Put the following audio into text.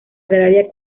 agraria